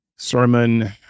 Sermon